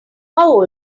how